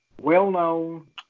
well-known